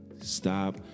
Stop